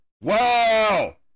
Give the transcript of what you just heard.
Wow